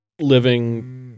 living